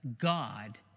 God